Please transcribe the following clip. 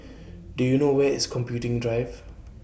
Do YOU know Where IS Computing Drive